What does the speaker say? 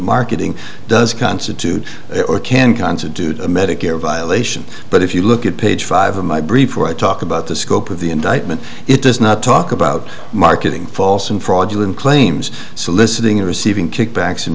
marketing does constitute or can constitute a medicare violation but if you look at page five of my brief or i talk about the scope of the indictment it does not talk about marketing false and fraudulent claims soliciting or receiving kickbacks and